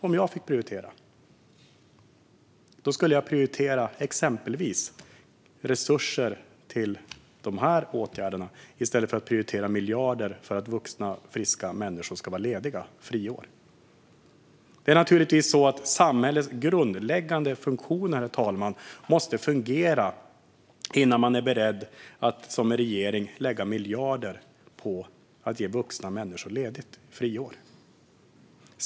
Om jag fick prioritera skulle jag exempelvis prioritera resurser till de här åtgärderna i stället för att prioritera att miljarder ska gå till att vuxna, friska människor ska vara lediga genom att få ett friår. Samhällets grundläggande funktioner måste fungera innan man som regering är beredd att lägga miljarder på att ge vuxna människor ledigt i form av ett friår.